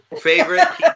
Favorite